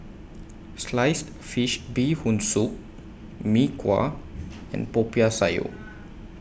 Sliced Fish Bee Hoon Soup Mee Kuah and Popiah Sayur